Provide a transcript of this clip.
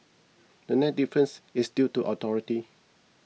the net difference is due to authority